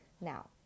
Now